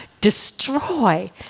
destroy